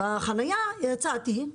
בחניה יצאתי,